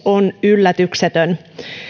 on yllätyksetön